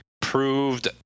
proved